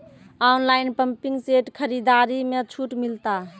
Online pumping set खरीदारी मे छूट मिलता?